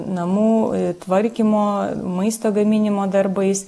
namų tvarkymo maisto gaminimo darbais